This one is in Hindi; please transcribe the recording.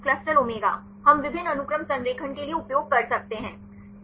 ClustalW ClustalOmega हम विभिन्न अनुक्रम संरेखण के लिए उपयोग कर सकते हैं